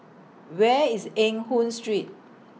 Where IS Eng Hoon Street